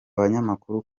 banyamakuru